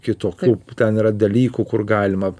kitokių ten yra dalykų kur galima